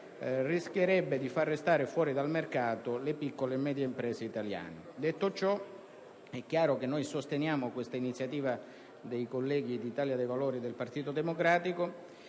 rischierebbe di far rimanere fuori dal mercato le piccole e medie imprese italiane. Detto ciò, noi sosteniamo questa iniziativa dei colleghi dell'Italia dei Valori e del Partito Democratico,